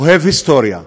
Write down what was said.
אוהב היסטוריה.